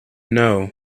know